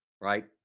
right